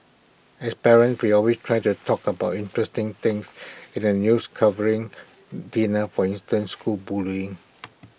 as parents we always try to talk about interesting things in the news covering dinner for instance school bullying